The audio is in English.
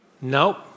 Nope